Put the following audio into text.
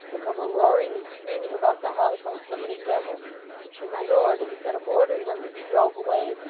they come a-roaring and screaming about the house like so many devils and my lord instead of ordering them to be drove away,